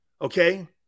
Okay